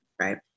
right